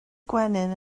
gwenyn